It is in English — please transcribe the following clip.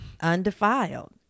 undefiled